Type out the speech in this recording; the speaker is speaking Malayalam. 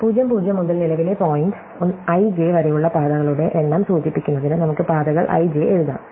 00 മുതൽ നിലവിലെ പോയിന്റ് i j വരെയുള്ള പാതകളുടെ എണ്ണം സൂചിപ്പിക്കുന്നതിന് നമുക്ക് പാതകൾ i j എഴുതാം